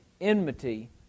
enmity